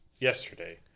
yesterday